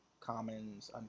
commons